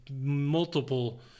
multiple